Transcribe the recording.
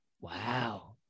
Wow